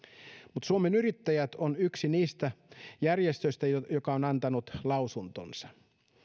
mutta suomen yrittäjät on yksi niistä järjestöistä joka on antanut lausuntonsa